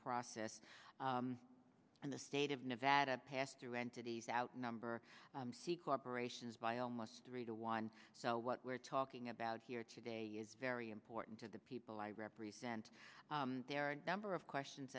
process and the state of nevada passed through entities outnumber c corporations by almost three to one so what we're talking about here today is very important to the people i represent there are a number of questions